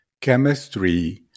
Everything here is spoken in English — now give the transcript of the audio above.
Chemistry